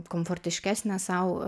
komfortiškesnę sau